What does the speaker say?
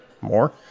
more